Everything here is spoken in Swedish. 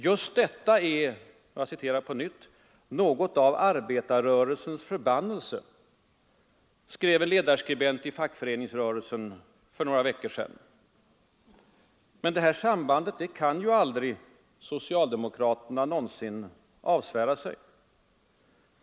Just detta är ”något av en arbetarrörelsens förbannelse”, skrev en ledarskribent i Fackföreningsrörelsen för några veckor sedan. Men det sambandet kan socialdemokraterna aldrig någonsin avsvära sig.